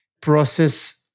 process